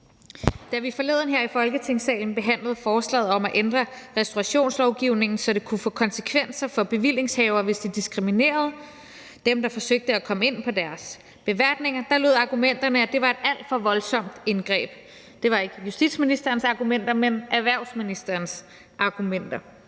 Da vi forleden her i Folketingssalen behandlede forslaget om at ændre restaurationslovgivningen, så det kunne få konsekvenser for bevillingshavere, hvis de diskriminerede dem, der forsøgte at komme ind på deres beværtning, lød argumenterne, at det var et alt for voldsomt indgreb. Det var ikke justitsministerens argumenter, men erhvervsministerens argumenter.